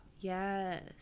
Yes